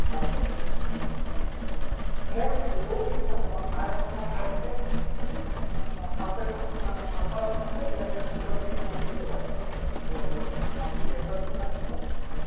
আপনি মৌলি যৌগিক সার যেমন ডাই অ্যামোনিয়াম ফসফেট বা সালফেট ফ সালফার অব ফসফেট এই এইসব দিত দিতে পারেন তো আপনি সেগুলো দিয়েও চাষ করতে পারেন কিন্তু